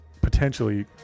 potentially